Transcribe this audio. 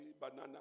banana